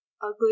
ugly